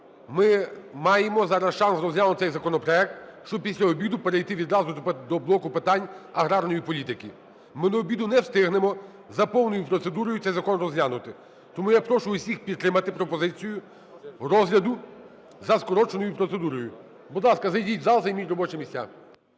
ми маємо зараз шанс розглянути цей законопроект, щоб після обіду перейти відразу до блоку питань аграрної політики. Ми до обіду не встигнемо за повною процедурою цей закон розглянути. Тому я прошу всіх підтримати пропозицію розгляду за скороченою процедурою. Будь ласка, зайдіть у зал, займіть робочі місця.